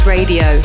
Radio